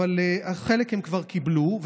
חלק הם כבר קיבלו,